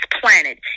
planet